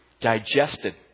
digested